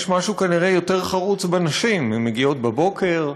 יש משהו כנראה יותר חרוץ בנשים, הן מגיעות בבוקר,